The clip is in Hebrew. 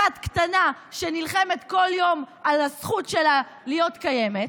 אחת קטנה שנלחמת כל יום על הזכות שלה להיות קיימת,